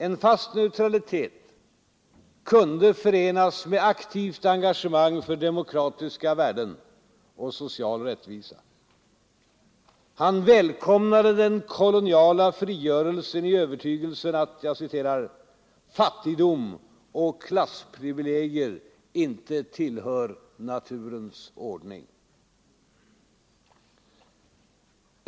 En fast neutralitet kunde förenas med aktivt engagemang för demokratiska värden och social rättvisa. Han välkomnade den koloniala frigörelsen i övertygelsen att ”fattigdom och klassprivilegier inte tillhör naturens ordning”.